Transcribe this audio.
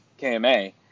KMA